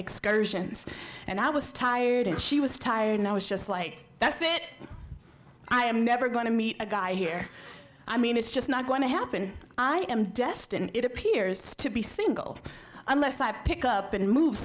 excursions and i was tired and she was tired and i was just like that's it i am never going to meet a guy here i mean it's just not going to happen i am destine it appears to be single unless i pick up and move